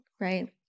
right